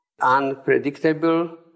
unpredictable